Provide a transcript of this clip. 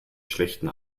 schlechten